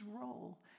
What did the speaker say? role